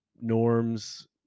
norms